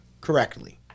correctly